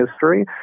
history